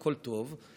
הכול טוב.